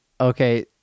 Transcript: okay